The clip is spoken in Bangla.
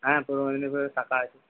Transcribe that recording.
হ্যাঁ পূর্ব মেদিনীপুরেও শাখা আছে